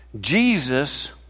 Jesus